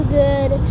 good